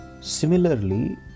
similarly